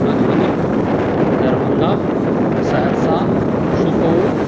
Madhubani Darbhanga Saharsa Supaul